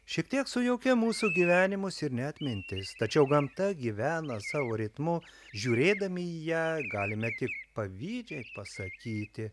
šiek tiek sujaukė mūsų gyvenimus ir net mintis tačiau gamta gyvena savo ritmu žiūrėdami į ją galime tik pavydžiai pasakyti